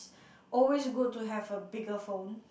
always good to have a bigger phone